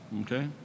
Okay